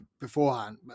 beforehand